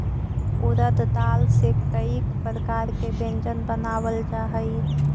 उड़द दाल से कईक प्रकार के व्यंजन बनावल जा हई